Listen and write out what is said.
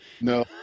No